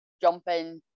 jumping